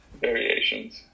variations